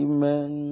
Amen